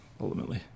ultimately